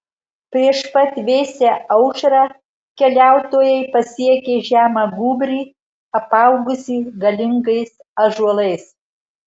prieš pat vėsią aušrą keliautojai pasiekė žemą gūbrį apaugusį galingais ąžuolais